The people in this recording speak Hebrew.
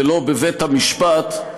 ולא בבית-המשפט,